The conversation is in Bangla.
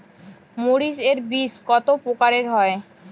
মরিচ এর বীজ কতো প্রকারের হয়?